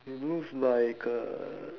it looks like uh